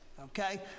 Okay